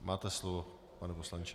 Máte slovo, pane poslanče.